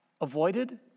avoided